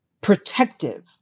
protective